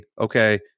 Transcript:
okay